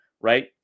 right